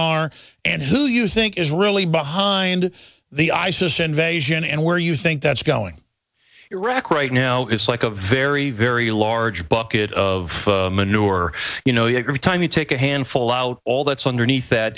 are and who you think is really behind the isis invasion and where you think that's going iraq right now it's like a very very large bucket of manure you know every time you take a handful out all that's underneath that